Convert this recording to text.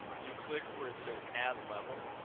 you click where it says add level